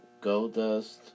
Goldust